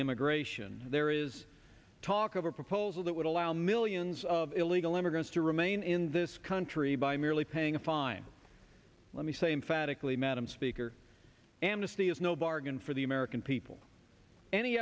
immigration there is talk of a proposal that would allow millions of illegal immigrants to remain in this country by merely paying a fine let me say emphatically madam speaker and the is no bargain for the american people any